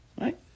Right